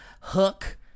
hook